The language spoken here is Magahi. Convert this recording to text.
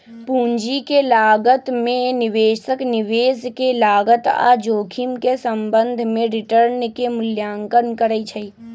पूंजी के लागत में निवेशक निवेश के लागत आऽ जोखिम के संबंध में रिटर्न के मूल्यांकन करइ छइ